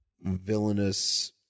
villainous